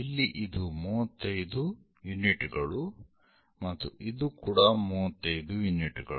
ಇಲ್ಲಿ ಇದು 35 ಯೂನಿಟ್ ಗಳು ಮತ್ತು ಇದು ಕೂಡಾ 35 ಯೂನಿಟ್ ಗಳು